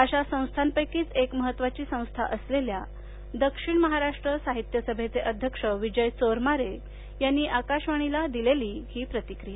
अशा संस्थापैकीच एक महत्वाची संस्था असलेल्या दक्षिण महाराष्ट्र साहित्य सभेचे अध्यक्ष विजय चोरमारे यांनी आकाशवाणीला दिलेली ही प्रतिक्रीया